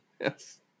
yes